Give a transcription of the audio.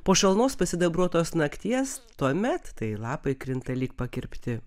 po šalnos pasidabruotos nakties tuomet tai lapai krinta lyg pakirpti